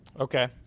Okay